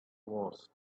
wars